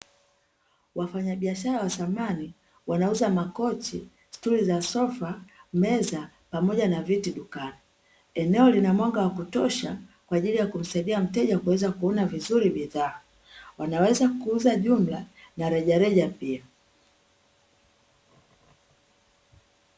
Wafanyabiashara wa samani wanauza makochi, stuli za sofa, meza, pamoja na viti dukani. Eneo lina mwanga wa kutosha, kwa ajili ya kumsaidia mteja kuweza kuona vizuri bidhaa. Wanaweza kuuza jumla na rejareja pia.